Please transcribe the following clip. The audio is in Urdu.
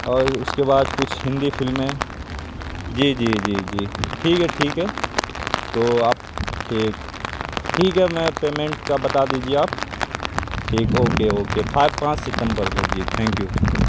اور اس کے بعد کچھ ہندی فلمیں جی جی جی جی ٹھیک ہے ٹھیک ہے تو آپ ٹھیک ٹھیک ہے میں پیمنٹ کا بتا دیجیے آپ ٹھیک اوکے اوکے پھائیو پانچ ستمبر کو جی تھینک یو